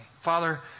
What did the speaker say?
Father